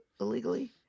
illegally